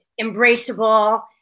Embraceable